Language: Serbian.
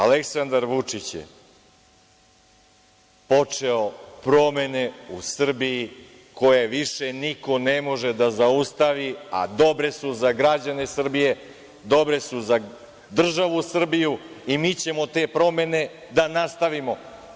Aleksandar Vučić je počeo promene u Srbiji koje više niko ne može da zaustavi, a dobre su za građane Srbije, dobre su za državu Srbiju i mi ćemo te promene da nastavimo.